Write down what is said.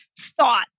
thought